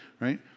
Right